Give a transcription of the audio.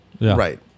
Right